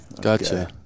Gotcha